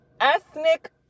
ethnic